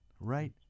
Right